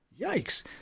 Yikes